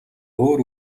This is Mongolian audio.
өөр